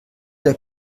der